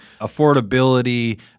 affordability